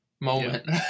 moment